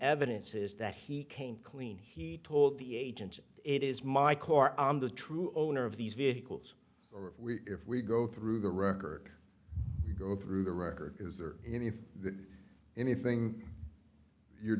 evidence is that he came clean he told the agent it is my car on the true owner of these vehicles or if we go through the record go through the record is there any anything you're